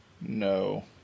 no